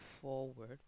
forward